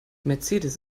mercedes